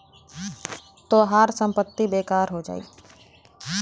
तोहार संपत्ति बेकार हो जाई